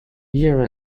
year